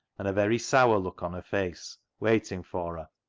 and a very sour look on her face, waiting for her.